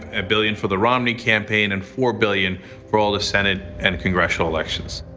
a billion for the romney campaign and four billion for all the senate and congressional elections.